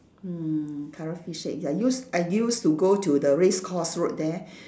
mm curry fish head ya used I used to go to the Race Course Road there